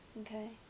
Okay